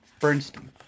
Bernstein